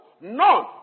none